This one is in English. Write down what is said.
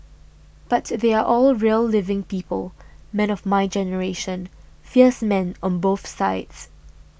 but they are all real living people men of my generation fierce men on both sides